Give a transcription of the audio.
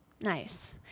Nice